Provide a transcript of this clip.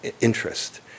interest